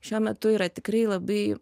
šiuo metu yra tikrai labai